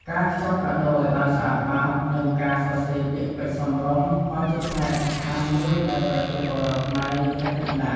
ការខ្ចប់កាដូរឱ្យបានស្អាតបាត និងការសរសេរពាក្យពេចន៍សមរម្យ ក៏ជាផ្នែកសំខាន់មួយដែលប្រជាពលរដ្ឋខ្មែរយកចិត្តទុកដាក់។